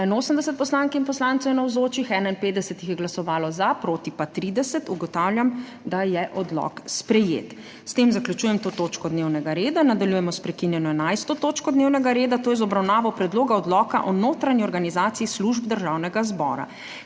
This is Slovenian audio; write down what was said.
81 poslank in poslancev je navzočih, 51 jih je glasovalo za, proti pa 30. (Za je glasovalo 51.) (Proti 30.) Ugotavljam, da je odlok sprejet. S tem zaključujem to točko dnevnega reda. Nadaljujemo s **prekinjeno 11. točko dnevnega reda, to je z obravnavo Predloga odloka o notranji organizaciji služb Državnega zbora.**